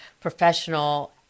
professional